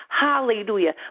Hallelujah